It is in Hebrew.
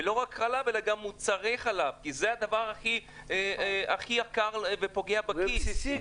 ולא רק חלב אלא גם מוצרי חלב כי זה הדבר הכי יקר ופוגע בכיס.